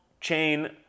chain